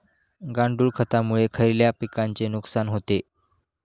गांडूळ खतामुळे खयल्या पिकांचे नुकसान होते?